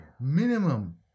Minimum